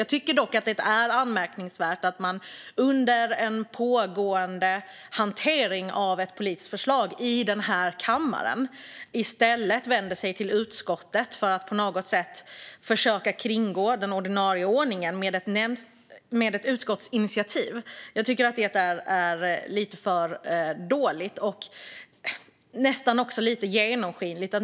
Jag tycker dock att det är anmärkningsvärt att man under en pågående hantering av ett politiskt förslag i den här kammaren i stället vänder sig till utskottet för att på något sätt försöka kringgå den ordinarie ordningen med ett utskottsinitiativ. Jag tycker att det är lite för dåligt. Det är nästan också lite genomskinligt.